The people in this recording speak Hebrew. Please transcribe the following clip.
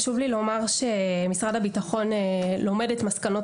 חשוב לי לומר שמשרד הביטחון לומד את מסקנות